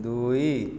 ଦୁଇ